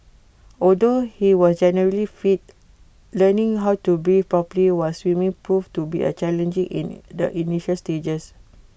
although he was generally fit learning how to breathe properly while swimming proved to be challenging in the initial stages